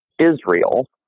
Israel